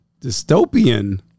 dystopian